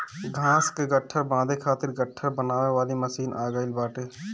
घाँस कअ गट्ठर बांधे खातिर गट्ठर बनावे वाली मशीन आ गइल बाटे